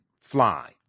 fly